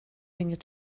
ringer